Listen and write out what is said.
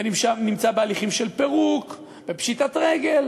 ונמצא בהליכים של פירוק ופשיטת רגל,